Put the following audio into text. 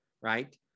right